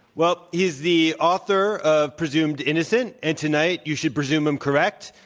well, he's the author of presumed innocent, and tonight you should presume him correct,